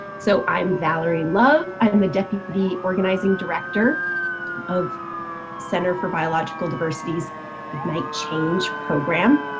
so i'm valarie love. i'm the deputy organizing director of center for biological diversity's ignite change program.